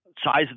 size